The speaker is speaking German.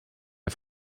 der